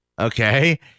okay